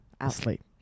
asleep